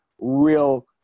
real